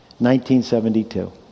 1972